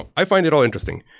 i find it all interesting.